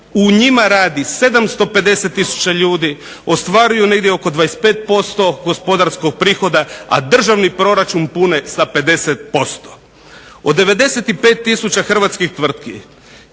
u njima radi 750 tisuća ljudi, ostvaruju negdje oko 25% gospodarskog prihoda, a državni proračun pune sa 50%. Od 95 tisuća hrvatskih tvrtki